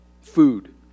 food